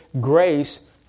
grace